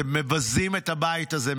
אתם מבזים את הבית הזה,